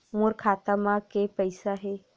मोर खाता म के पईसा हे?